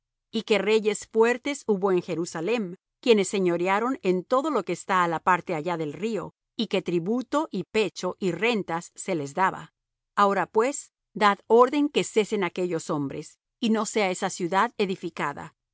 y que reyes fuertes hubo en jerusalem quienes señorearon en todo lo que está á la parte allá del río y que tributo y pecho y rentas se les daba ahora pues dad orden que cesen aquellos hombres y no sea esa ciudad edificada